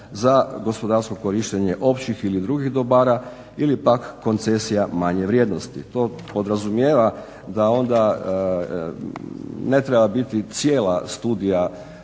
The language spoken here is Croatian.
za gospodarsko korištenje općih ili drugih dobara ili pak koncesija manje vrijednosti. To podrazumijeva da onda ne treba biti cijela studija